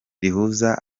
rihuza